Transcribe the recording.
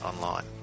online